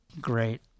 Great